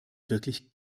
wirklich